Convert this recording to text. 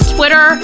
Twitter